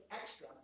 extra